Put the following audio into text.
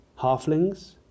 Halflings